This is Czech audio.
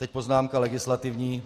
A teď poznámka legislativní.